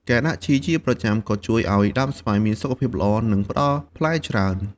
ការដាក់ជីជាប្រចាំក៏ជួយឲ្យដើមស្វាយមានសុខភាពល្អ និងផ្ដល់ផ្លែច្រើន។